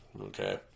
Okay